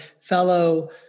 fellow